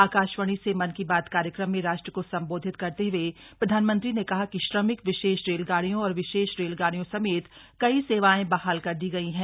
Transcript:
आकाशवाणी से मन की बात कार्यक्रम में राष्ट्र को संबोधित करते हुए प्रधानमंत्री ने कहा कि श्रमिक विशेष रेलगाडियों और विशेष रेलगाडियों समेत कई सेवाएं बहाल कर दी गई हैं